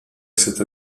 cette